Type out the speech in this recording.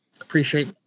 appreciate